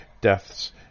deaths